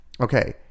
Okay